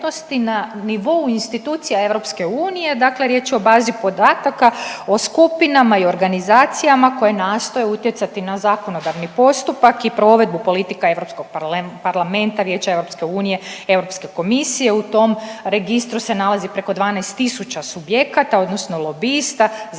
na nivou institucija EU dakle riječ je o bazi podataka o skupinama i organizacijama koje nastoje utjecati na zakonodavni postupak i provedbu politika Europskog parlamenta, Vijeća EU, Europske komisije, u tom registru se nalazi preko 12 tisuća subjekata odnosno lobista, za